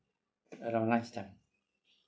around lunch time